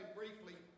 briefly